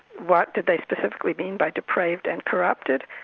what did they specifically mean by depraved and corrupted,